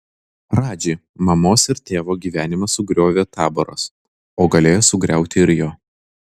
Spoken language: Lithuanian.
radži mamos ir tėvo gyvenimą sugriovė taboras o galėjo sugriauti ir jo